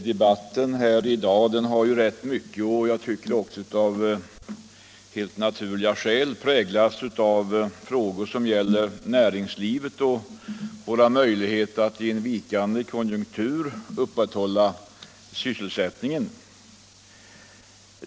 Herr talman! Debatten i dag har av naturliga skäl präglats av frågor som gäller näringslivet och våra möjligheter att i en vikande konjunktur upprätthålla sysselsättningen.